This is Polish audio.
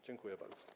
Dziękuję bardzo.